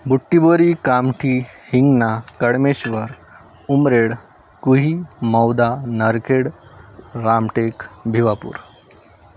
Butibori Kamthi Hingna Kalmeshwar Umred Kuhi Mauda Narkhed Ramtek Bhiwapur